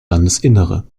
landesinnere